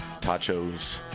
tachos